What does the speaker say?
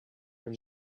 from